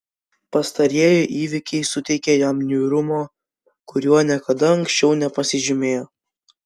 pastarieji įvykiai suteikė jam niūrumo kuriuo niekada anksčiau nepasižymėjo